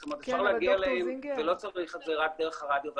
זאת אומרת אפשר להגיע אליהם ולא צריך את זה רק דרך הרדיו והטלוויזיה.